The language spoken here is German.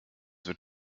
wird